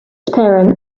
appearance